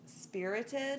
spirited